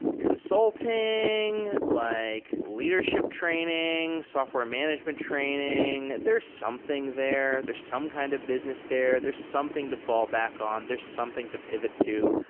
consulting, like leadership training, software management training. there's something there. there some kind of business there. there's something to fall back on. they're something to pivot to,